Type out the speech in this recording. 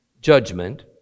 judgment